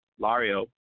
Lario